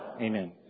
Amen